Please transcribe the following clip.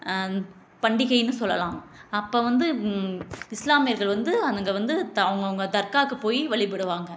பண்டிகைன்னு சொல்லலாம் அப்போ வந்து இஸ்லாமியர்கள் வந்து அனுங்க வந்து அவுங்கவங்க தர்காவுக்கு போய் வழிபடுவாங்க